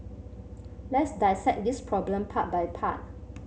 let's dissect this problem part by part